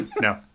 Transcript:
No